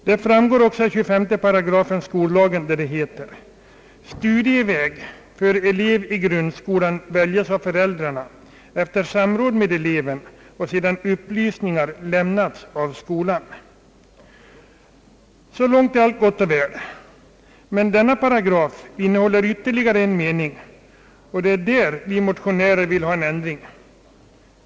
Det framgår också av 25 § skollagen, där det heter: »Studieväg för elev i grundskolan väljes av föräldrarna efter samråd med eleven och sedan upplysningar lämnats av skolan.» Så långt är allt gott och väl. Men denna paragraf innehåller ytterligare en mening, och det är där vi motionärer vill ha en ändring.